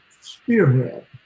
spearhead